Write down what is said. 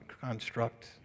construct